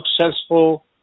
successful